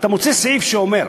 אתה מוצא סעיף שאומר: